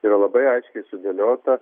yra labai aiškiai sudėliota